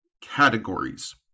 categories